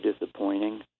disappointing